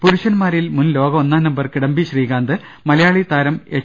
പുരുഷന്മാരിൽ മുൻലോക ഒന്നാം നമ്പർ കിഡംബി ശ്രീകാ ന്ത് മലയാളി താരം എച്ച്